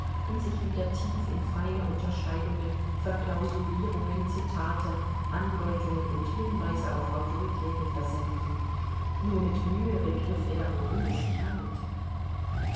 und sich wieder tief in feine unterscheidungen verklausulierungen zitate andeutungen und hinweise auf autoritäten versenkten nur mit mühe begriff er worum es sich handelte